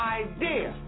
idea